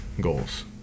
goals